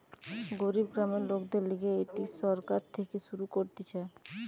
গরিব গ্রামের লোকদের লিগে এটি সরকার থেকে শুরু করতিছে